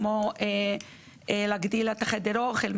כמו להגדיל את חדר האוכל,